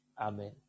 Amen